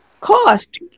cost